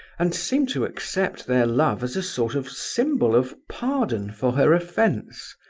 and seemed to accept their love as a sort of symbol of pardon for her offence,